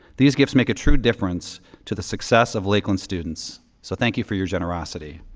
these gifts make a true difference to the success of lakeland students. so thank you for your generosity.